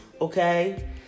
okay